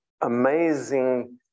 amazing